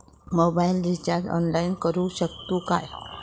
Mobile recharge online करुक शकतू काय?